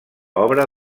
obra